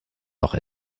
noch